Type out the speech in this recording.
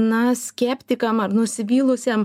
na skeptikam ar nusivylusiem